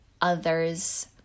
others